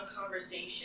conversation